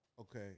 okay